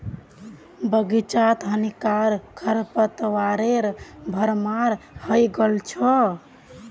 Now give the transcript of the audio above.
बग़ीचात हानिकारक खरपतवारेर भरमार हइ गेल छ